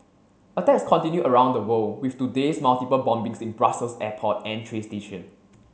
attacks continue around the world with today's multiple bombings in Brussels airport and train station